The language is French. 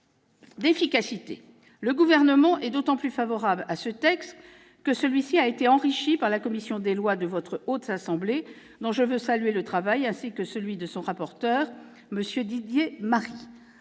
d'efficacité. Le Gouvernement est d'autant plus favorable à ce texte que celui-ci a été enrichi par la commission des lois de la Haute Assemblée dont je veux saluer le travail ainsi que celui de son rapporteur, M. Didier Marie.